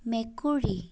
মেকুৰী